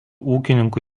ūkininkų